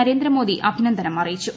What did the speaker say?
നരേന്ദ്രമോദി അഭിനന്ദനം അറിയിച്ചു